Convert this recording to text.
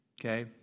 Okay